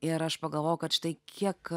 ir aš pagalvojau kad štai kiek